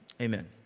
Amen